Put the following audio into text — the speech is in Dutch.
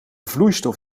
vloeistof